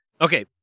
Okay